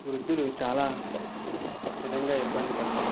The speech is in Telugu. వృద్దులు చాలా విధంగా ఇబ్బంది పడ్డారు